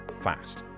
fast